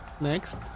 Next